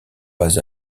bas